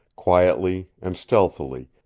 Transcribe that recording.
quietly and stealthily,